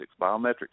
biometrics